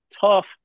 tough